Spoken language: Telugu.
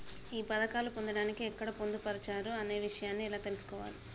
ఈ పథకాలు పొందడానికి ఎక్కడ పొందుపరిచారు అనే విషయాన్ని ఎలా తెలుసుకోవాలి?